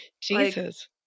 Jesus